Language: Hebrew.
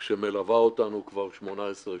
שמלווה אותנו כבר 18 שנים.